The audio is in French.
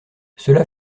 cela